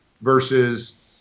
versus